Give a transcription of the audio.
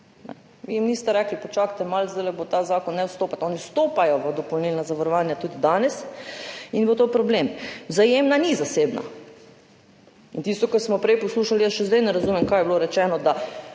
Vi jim niste rekli, počakajte malo, zdajle bo ta zakon, ne vstopati. Oni vstopajo v dopolnilna zavarovanja tudi danes in bo to problem. Vzajemna ni zasebna. In tisto, kar smo prej poslušali, jaz še zdaj ne razumem, kaj je bilo rečeno – da